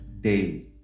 day